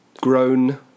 grown